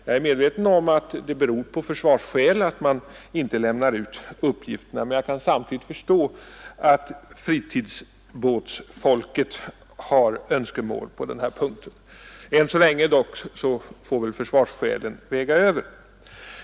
Jag är medveten om att det är av försvarsskäl som man inte lämnar ut uppgifterna, men jag kan samtidigt förstå att fritidsbåtsfolket har önskemål på den här punkten. Än så länge väger dock försvarsskälen tyngst.